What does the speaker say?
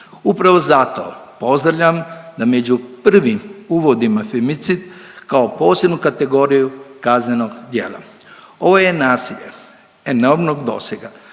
Upravo zato pozdravljam da među prvim uvodimo femicid kao posebnu kategoriju kaznenog djela. Ovo je nasilje enormnog dosega,